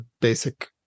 basic